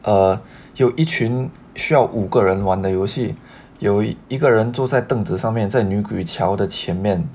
err 有一群需要五个人玩的游戏有一个人坐在凳子上面在女鬼桥的前面